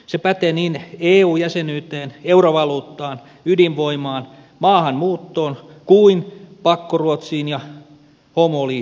se pätee niin eu jäsenyyteen eurovaluuttaan ydinvoimaan maahanmuuttoon kuin pakkoruotsiin ja homoliittoihinkin